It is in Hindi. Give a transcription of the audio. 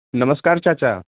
नमस्कार चाचा